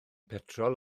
petrol